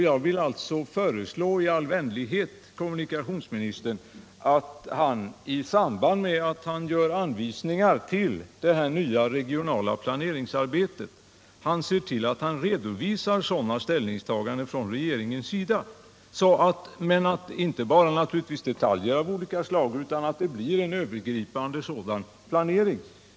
Jag vill alltså i all vänlighet föreslå kommunikationsministern att han, i samband med att han utformar anvisningar för det nya regionala planeringsarbetet, redovisar sådana ställningstaganden från regeringen som jag efterfrågat, men naturligtvis inte bara avseende detaljer av olika slag utan också en övergripande planering.